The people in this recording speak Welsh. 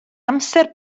amser